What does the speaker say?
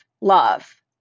love